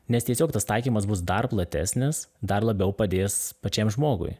nes tiesiog tas taikymas bus dar platesnis dar labiau padės pačiam žmogui